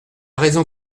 raison